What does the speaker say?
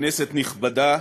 כנסת נכבדה,